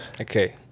Okay